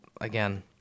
again